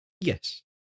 Yes